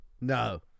No